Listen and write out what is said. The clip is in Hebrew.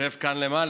שיושב כאן למעלה,